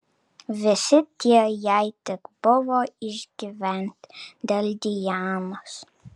visi tie jei tik buvo išgyventi dėl dianos